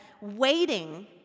waiting